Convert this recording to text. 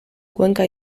cuenca